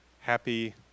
happy